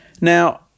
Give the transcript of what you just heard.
Now